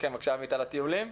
להגיד על הטיולים?